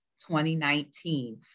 2019